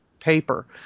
Paper